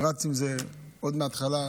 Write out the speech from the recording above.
רץ עם זה עוד מההתחלה,